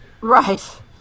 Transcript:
Right